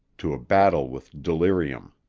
to a battle with delirium.